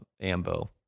ambo